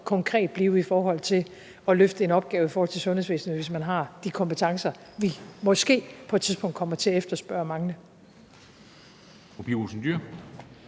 konkret blive i forhold til at løfte en opgave i forhold til sundhedsvæsenet, hvis man har de kompetencer, som vi måske på et tidspunkt kommer til at efterspørge og mangle.